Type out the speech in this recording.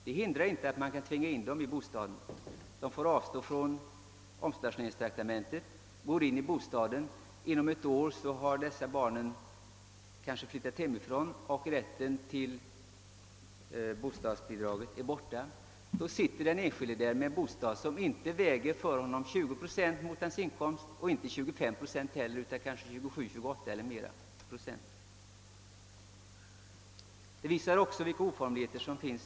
Vederbörande får då avstå från omstationeringstraktamente och flytta in i bostaden, men inom ett år flyttar kanske barnen hemifrån varigenom rätten till bostadsbidrag upphör. Då sitter den enskilde med en bostad som inte tar endast 20 eller 25 procent av hans inkomst utan slukar kanske 27—28 eller ännu fler procent av denna. Även detta visar vilka oformligheter som nu förekommer.